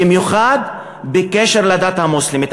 במיוחד בקשר לדת המוסלמית.